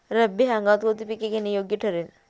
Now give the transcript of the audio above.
रब्बी हंगामात कोणती पिके घेणे योग्य ठरेल?